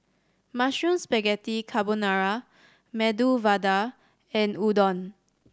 Mushroom Spaghetti Carbonara Medu Vada and Udon